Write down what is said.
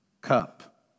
cup